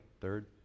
Third